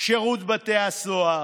שירות בתי הסוהר,